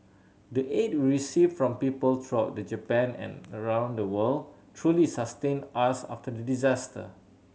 the aid we received from people throughout the Japan and around the world truly sustained us after the disaster